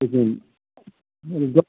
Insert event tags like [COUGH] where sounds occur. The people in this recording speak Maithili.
लेकिन [UNINTELLIGIBLE]